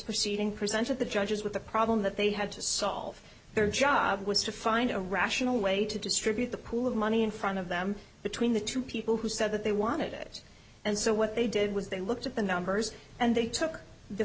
proceeding presented the judges with the problem that they had to solve their job was to find a rational way to distribute the pool of money in front of them between the two people who said that they wanted it and so what they did was they looked at the numbers and they took the